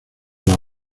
las